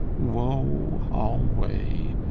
woe alway!